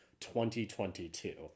2022